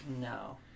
No